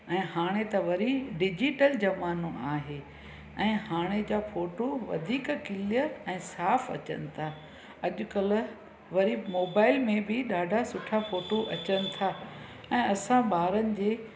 ऐं हाणे त वरी डिजिटल जमानो आहे ऐं हाणे जा फ़ोटो वधीक क्लीयर ऐं साफ़ अचनि था अॼुकल्ह वरी मोबाइल में बि ॾाढा सुठा फ़ोटू अचनि था ऐं असां ॿारनि जे